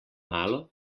malo